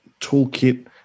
toolkit